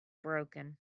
broken